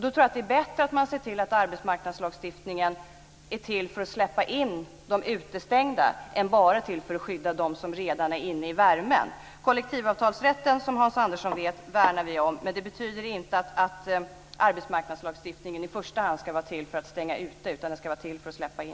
Då är det bättre att se till att arbetsmarknadslagstiftningen är till för att släppa in de utestängda, än bara till för att skydda dem som redan är inne i värmen. Kollektivavtalsrätten värnar vi om, som Hans Andersson vet, men det betyder inte att arbetsmarknadslagstiftningen i första hand ska vara till för att stänga ute, utan den ska vara till för att släppa in.